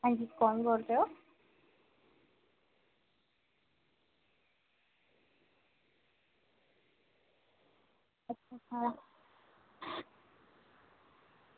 हां जी कौन बोल रहे हो अच्छा